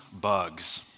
bugs